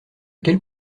quelle